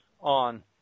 on